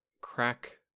crack